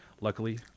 Luckily